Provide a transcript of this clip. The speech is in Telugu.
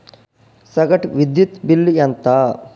సగటు విద్యుత్ బిల్లు ఎంత?